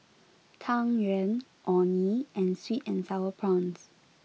Tang Yuen Orh Nee and Sweet and Sour Prawns